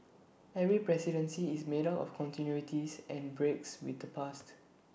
every presidency is made up of continuities and breaks with the past